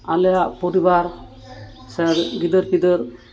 ᱟᱞᱮᱭᱟᱜ ᱯᱚᱨᱤᱵᱟᱨ ᱥᱮ ᱜᱤᱫᱟᱹᱨ ᱯᱤᱫᱟᱹᱨ